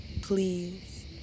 please